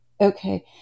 Okay